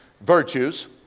virtues